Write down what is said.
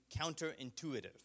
counterintuitive